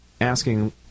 asking